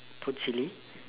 put chili